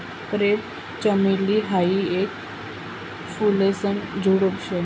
crepe चमेली हायी येक फुलेसन झुडुप शे